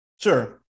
Sure